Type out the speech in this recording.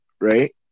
right